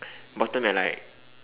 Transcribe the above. bottom at like